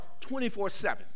24-7